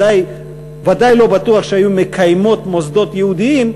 ודאי לא בטוח שהיו מקיימות מוסדות יהודיים,